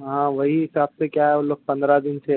ہاں وہی حساب سے کیا وہ لوگ پندرہ دن سے